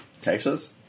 Texas